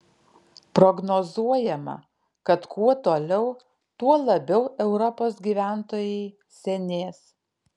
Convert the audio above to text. prognozuojama kad kuo toliau tuo labiau europos gyventojai senės